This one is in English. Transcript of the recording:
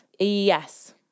Yes